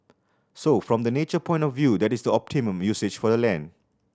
so from the nature point of view that is the optimum usage for the land